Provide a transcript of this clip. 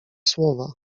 słowa